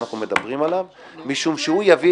שמעת